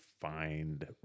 find